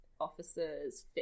officers